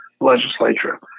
legislature